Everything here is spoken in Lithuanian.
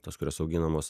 tos kurios auginamos